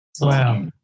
Wow